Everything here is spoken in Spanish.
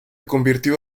convirtió